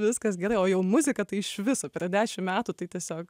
viskas gerai o jau muzika tai iš viso per dešim metų tai tiesiog